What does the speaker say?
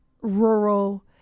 rural